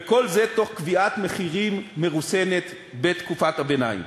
וכל זה תוך קביעת מחירים מרוסנת בתקופת הביניים.